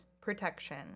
protection